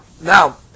Now